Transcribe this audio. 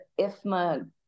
IFMA